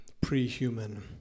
pre-human